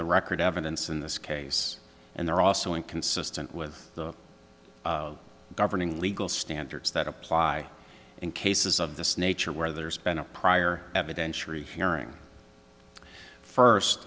the record evidence in this case and they're also inconsistent with the governing legal standards that apply in cases of this nature where there's been a prior evidentiary hearing first